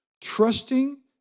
Trusting